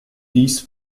dies